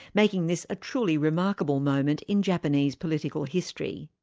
making this a truly remarkable moment in japanese political history.